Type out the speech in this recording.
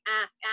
ask